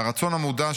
והרצון המודע,